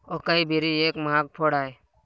acai berry एक महाग फळ आहे